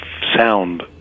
sound